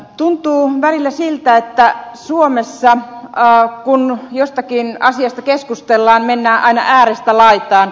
tuntuu välillä siltä että suomessa kun jostakin asiasta keskustellaan mennään aina äärestä laitaan